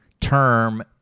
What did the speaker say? term